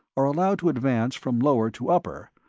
are allowed to advance from lower to upper,